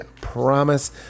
promise